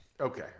Okay